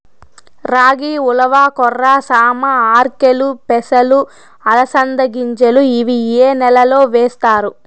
రాగి, ఉలవ, కొర్ర, సామ, ఆర్కెలు, పెసలు, అలసంద గింజలు ఇవి ఏ నెలలో వేస్తారు?